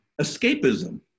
escapism